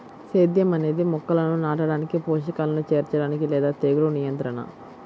సేద్యం అనేది మొక్కలను నాటడానికి, పోషకాలను చేర్చడానికి లేదా తెగులు నియంత్రణ